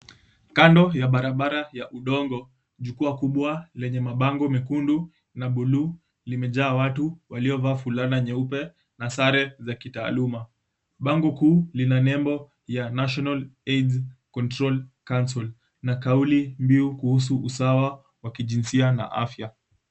Kando ya barabara ya udongo, jukwaa kubwa lenye mabango mekundu na buluu limejaa watu waliovaa fulana nyeupe na sare za kitaaluma. Bango kuu lina nembo ya, National AIDS Control Council na kauli mbiu kuhusu usawa wa kijinsia na afya.